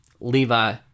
Levi